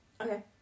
okay